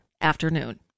afternoon